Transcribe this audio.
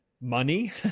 money